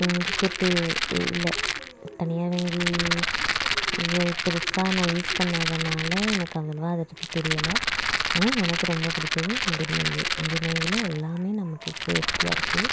Cindy கெட்டு இல்லை தனியார் வங்கி இதில் பெருசாக நான் யூஸ் பண்ணாதனால் எனக்கு அந்த அளவாக அதை பற்றி தெரியலை ஆனால் எனக்கு ரொம்ப பிடிச்சது இந்தியன் வங்கி இந்தியன் வங்கியில் எல்லாமே நமக்கு சேஃப்ட்டியாக இருக்குது